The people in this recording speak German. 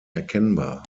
erkennbar